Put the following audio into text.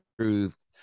truth